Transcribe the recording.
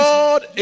Lord